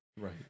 Right